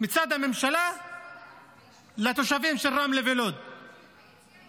של תושבי ורמלה ולוד מצד הממשלה.